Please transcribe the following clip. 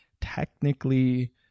technically